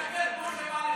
תשקר כמה שבא לך.